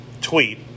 tweet